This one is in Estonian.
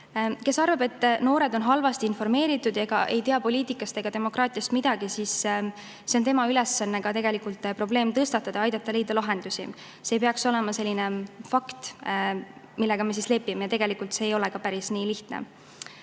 Kes arvab, et noored on halvasti informeeritud, ei tea poliitikast ega demokraatiast midagi, siis see on tema ülesanne tegelikult probleem tõstatada, aidata leida lahendusi. See ei peaks olema selline fakt, millega me lepime, ja tegelikult see [kõik] ei ole päris nii lihtne.